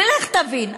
ולך תבין.